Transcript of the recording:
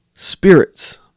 Spirits